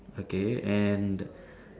okay and